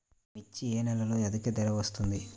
మిర్చి ఏ నెలలో అధిక ధర వస్తుంది?